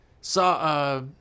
saw